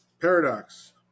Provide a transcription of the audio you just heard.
paradox